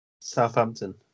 Southampton